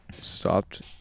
stopped